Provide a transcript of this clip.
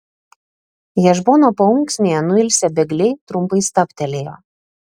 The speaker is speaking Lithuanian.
hešbono paunksnėje nuilsę bėgliai trumpai stabtelėjo